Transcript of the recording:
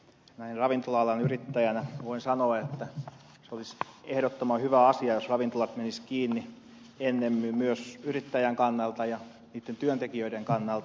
näin ravintola alan yrittäjänä voin sanoa että se olisi ehdottoman hyvä asia jos ravintolat menisivät kiinni ennemmin myös yrittäjän kannalta ja niitten työntekijöiden kannalta